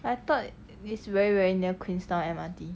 I thought is very very near queens town M_R_T